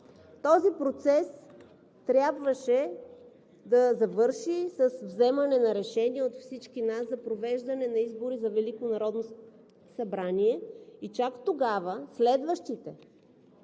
Този процес трябваше да завърши с вземане на решение от всички нас за провеждане на избори за Велико народно събрание